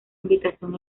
invitación